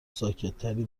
ساکتتری